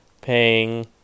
paying